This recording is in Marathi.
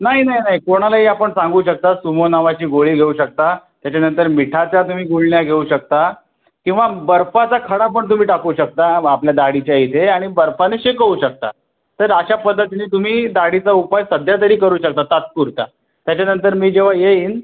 नाही नाही नाही कोणालाही आपण सांगू शकता सुमो नावाची गोळी घेऊ शकता त्याच्यानंतर मिठाच्या तुम्ही गुळण्या घेऊ शकता किंवा बर्फाचा खडा पण तुम्ही टाकू शकता व आपल्या दाढीच्या इथे आणि बर्फाने शेकवू शकता तर अशा पद्धतीने तुम्ही दाढीचा उपाय सध्या तरी करू शकता तात्पुरता त्याच्यानंतर मी जेव्हा येईन